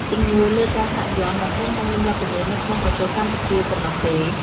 ជំនឿលើការសាក់យ័ន្តមិនត្រឹមតែមានវត្តមាននៅក្នុងប្រទេសកម្ពុជាប៉ុណ្ណោះទេ។